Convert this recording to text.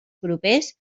propers